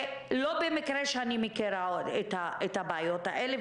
לא במקרה אני מכירה את הבעיות האלה,